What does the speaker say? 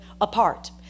apart